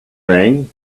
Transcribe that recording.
rang